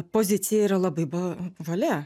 pozicija yra labai ba žalia